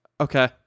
Okay